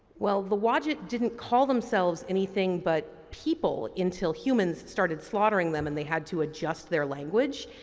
well the wadjet didn't call themselves anything but people until humans started slaughtering them and they had to adjust their language.